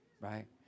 right